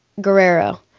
Guerrero